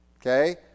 Okay